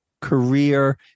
career